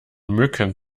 mücken